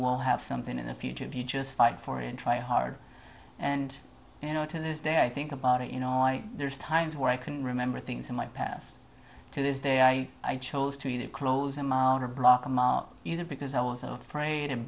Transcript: will have something in the future if you just fight for it and try hard and you know to this day i think about it you know i there's times where i can remember things in my past to this day i i chose to close them out or block them out either because i was afraid